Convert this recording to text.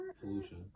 pollution